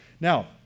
Now